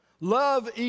Love